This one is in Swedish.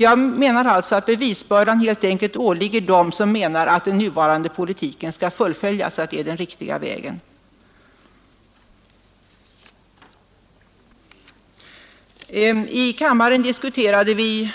Jag menar alltså att bevisbördan helt enkelt åligger dem som menar att den nuvarande politiken skall fullföljas, att det är den riktiga vägen. I kammaren diskuterade vi